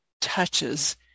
touches